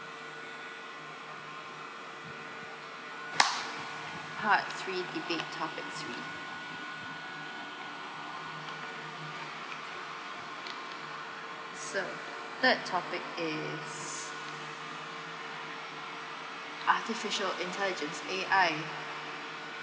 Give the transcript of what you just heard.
part three debate topic three so third topic is artificial intelligence A_I